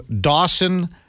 Dawson